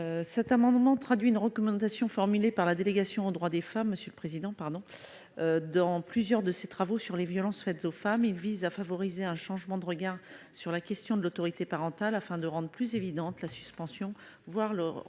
Cet amendement traduit une recommandation formulée par la délégation aux droits des femmes dans plusieurs de ses travaux sur les violences faites aux femmes. Il vise à favoriser un changement de regard sur la question de l'autorité parentale, afin de rendre plus évidente la suspension, voire le retrait